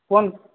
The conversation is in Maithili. कोन